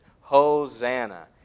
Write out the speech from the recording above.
Hosanna